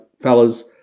fellas